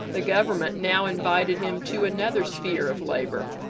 the government now invited him to another sphere of labor.